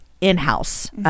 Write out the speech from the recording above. in-house